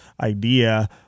idea